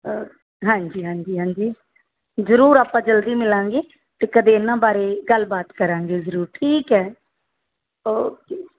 ਹਾਂਜੀ ਹਾਂਜੀ ਹਾਂਜੀ ਜ਼ਰੂਰ ਆਪਾਂ ਜਲਦੀ ਮਿਲਾਂਗੇ ਅਤੇ ਕਦੇ ਇਹਨਾਂ ਬਾਰੇ ਗੱਲਬਾਤ ਕਰਾਂਗੇ ਜ਼ਰੂਰ ਠੀਕ ਹੈ ਓਕੇ